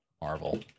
Marvel